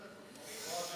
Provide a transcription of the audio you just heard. אורית, בבקשה.